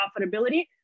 profitability